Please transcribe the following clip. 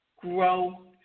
grow